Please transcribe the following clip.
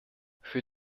für